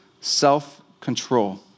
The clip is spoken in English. self-control